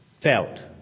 felt